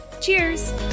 Cheers